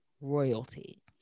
royalty